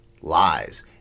lies